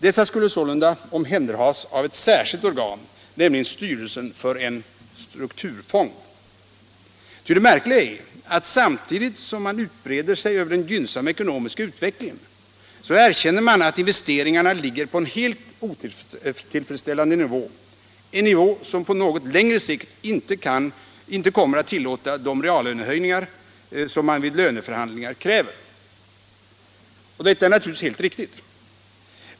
Dessa skulle sålunda omhänderhas av ett särskilt organ, nämligen styrelsen för en strukturfond. Ty det märkliga är att samtidigt som man utbreder sig över§en gynnsamma ekonomiska utvecklingen, så erkänner man att investeringarna ligger på en helt otillfredsställande nivå, en nivå som på något längre sikt inte kommer att tillåta de reallönehöjningar som man vid löneförhandlingar kräver. Och detta är naturligtvis helt riktigt.